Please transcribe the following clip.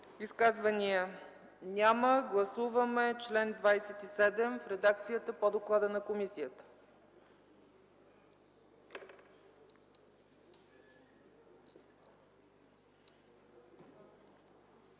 Изказвания? Няма. Гласуваме чл. 27 в редакцията по доклада на комисията.